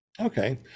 Okay